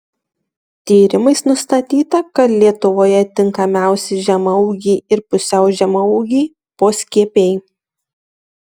tyrimais nustatyta kad lietuvoje tinkamiausi žemaūgiai ir pusiau žemaūgiai poskiepiai